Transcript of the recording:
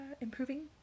improving